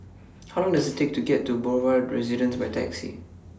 How Long Does IT Take to get to Boulevard Residence By Taxi